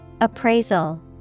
Appraisal